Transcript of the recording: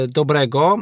dobrego